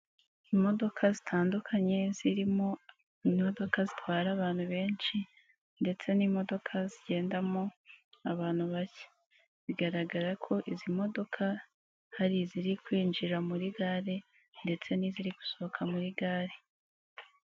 Imodoka zitandukanye zirimo imodoka zitwara abantu benshi ndetse n'imodoka zigendamo abantu bake, bigaragara ko izi modoka hari iziri kwinjira muri gare ndetse n'iziri gusohoka muri gare.